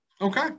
Okay